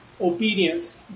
Obedience